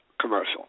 commercial